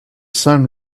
sun